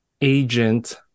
agent